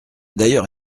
d’ailleurs